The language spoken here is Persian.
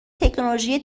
تکنولوژی